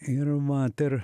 ir vat ir